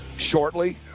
shortly